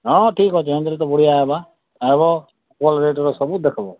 ହଁ ଠିକଅଛି ସେମତିରେ ତ ବଢ଼ିଆ ହେବା ଆଗ ସବୁ ଦେଖବ